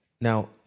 now